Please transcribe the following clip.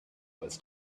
was